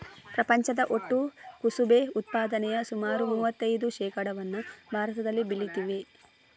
ಪ್ರಪಂಚದ ಒಟ್ಟು ಕುಸುಬೆ ಉತ್ಪಾದನೆಯ ಸುಮಾರು ಮೂವತ್ತೈದು ಶೇಕಡಾವನ್ನ ಭಾರತದಲ್ಲಿ ಬೆಳೀತೇವೆ